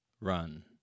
run